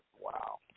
Wow